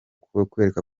kukwereka